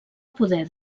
poder